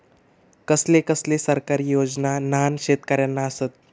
कसले कसले सरकारी योजना न्हान शेतकऱ्यांना आसत?